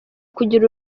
kugira